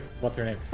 what's-her-name